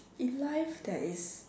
in life there is